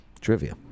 Trivia